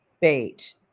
bait